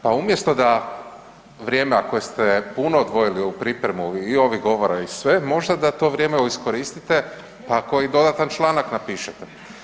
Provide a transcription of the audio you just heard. Pa umjesto da vrijeme, a koje ste puno odvojili u ovu pripremu i ovih govora i sve možda da to vrijeme iskoristite pa koji dodatan članak napišete.